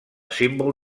símbol